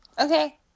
Okay